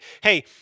hey